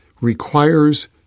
requires